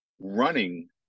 Running